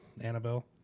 annabelle